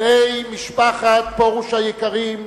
בני משפחת פרוש היקרים,